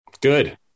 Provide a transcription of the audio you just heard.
Good